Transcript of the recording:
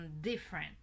different